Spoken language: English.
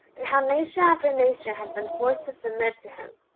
and how nation after nation had been forced to submit to him,